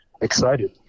excited